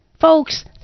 Folks